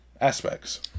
aspects